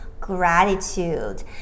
Gratitude